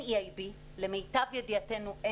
אין EIB, למיטב ידיעתנו.